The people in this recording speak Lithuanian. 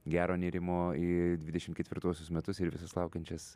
gero nėrimo į dvidešim ketvirtuosius metus ir visas laukiančias